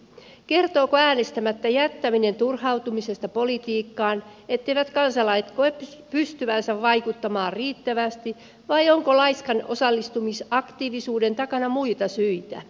kertooko äänestämättä jättäminen turhautumisesta politiikkaan siitä etteivät kansalaiset koe pystyvänsä vaikuttamaan riittävästi vai onko laiskan osallistumisaktiivisuuden takana muita syitä